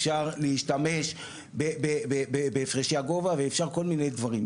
אפשר להשתמש בהפרשי הגובה ואפשר כל מיני דברים,